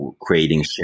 creating